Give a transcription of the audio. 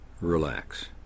relax